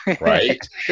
Right